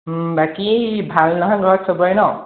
বাকী ভাল নহয় ঘৰত চবৰে ন